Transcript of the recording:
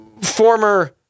former